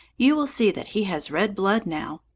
you will see that he has red blood now.